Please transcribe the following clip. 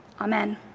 Amen